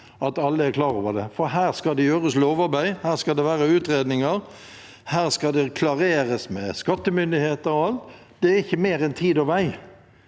at alle er klar over det. Her skal det gjøres lovarbeid. Det skal være utredninger. Det skal klareres med skattemyndigheter. Det er ikke mer enn tid og vei.